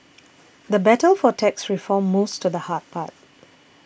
the battle for tax reform moves to the hard part